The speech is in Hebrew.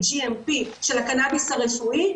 GMP של הקנאביס הרפואי,